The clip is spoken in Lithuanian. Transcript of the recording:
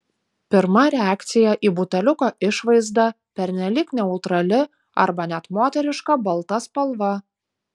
pirma reakcija į buteliuko išvaizdą pernelyg neutrali arba net moteriška balta spalva